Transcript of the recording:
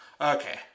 Okay